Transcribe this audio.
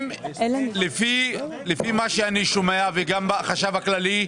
לפי מה שאני שומע וגם מהחשב הכללי,